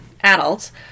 adults